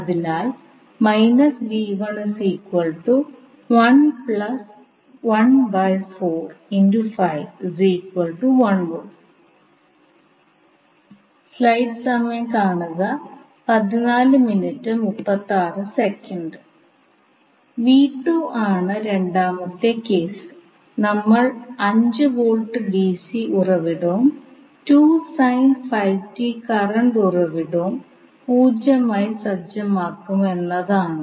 അതിനാൽ ആണ് രണ്ടാമത്തെ കേസ് നമ്മൾ 5 വോൾട്ട് ഡിസി ഉറവിടവും കറണ്ട് ഉറവിടവും 0 ആയി സജ്ജമാക്കും എന്നതാണ്